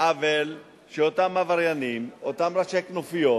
עוול שאותם עבריינים, אותם ראשי כנופיות,